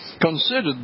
considered